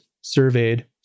surveyed